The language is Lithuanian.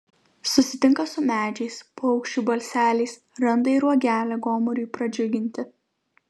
susitinka su medžiais paukščių balseliais randa ir uogelę gomuriui pradžiuginti